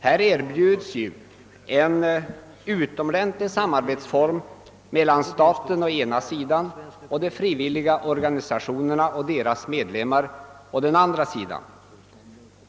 Här erbjuds ju en utomordentlig samarbetsform mellan staten å ena sidan samt de frivilliga organisationerna och deras medlemmar å den andra sidan.